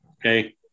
Okay